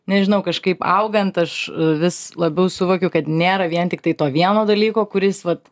nežinau kažkaip augant aš vis labiau suvokiu kad nėra vien tiktai to vieno dalyko kuris vat